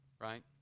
Right